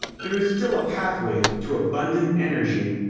there is still a pathway to abundant energy.